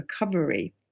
recovery